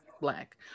black